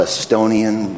Estonian